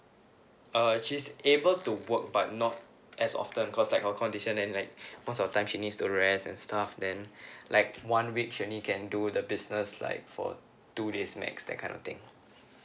uh she's able to work but not as often cause like her condition then like most of the time she needs to rest and stuff then like one week she only can do the business like for two days max that kind of thing